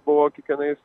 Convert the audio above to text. buvo kiekvienais